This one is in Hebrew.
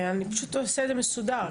אני פשוט עושה את זה מסודר,